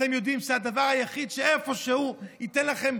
אתם יודעים שהדבר היחיד שאיכשהו ייתן לכם,